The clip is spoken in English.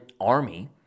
Army